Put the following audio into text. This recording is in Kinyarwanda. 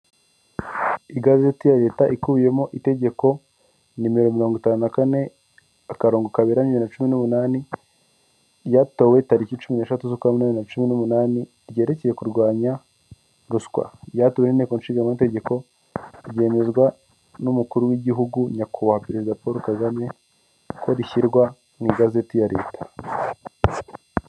Igazeti ya reta (leta) ikubiyemo itegeko nimero mirongo itanu na kane akarongo kaberamye na cumi n'umunani ryatowe tariki cumi n'eshatu z'ukwa munani ,bibiri na cumi n'umunani ryerekeye kurwanya ruswa byatewe inteko ishinga amategeko ryemezwa n'umukuru w'igihugu nyakubahwa perezida Paul Kagame ko rishyirwa mu igazeti ya reta (leta).